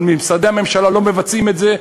אבל במשרדי הממשלה לא מבצעים את זה,